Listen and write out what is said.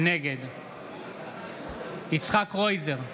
נגד יצחק קרויזר,